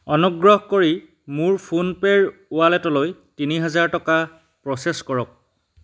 অনুগ্ৰহ কৰি মোৰ ফোনপে'ৰ ৱালেটলৈ তিনি হাজাৰ টকা প্ৰ'চেছ কৰক